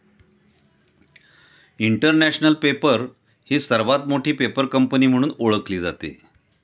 international Paper ही सर्वात मोठी पेपर कंपनी म्हणून ओळखली जाते